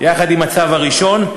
יחד עם הצו הראשון,